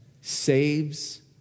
saves